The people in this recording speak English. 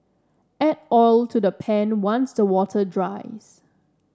add oil to the pan once the water dries